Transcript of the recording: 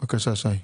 בבקשה ישי.